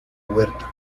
huerta